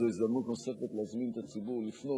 זו הזדמנות נוספת להזמין את הציבור לפנות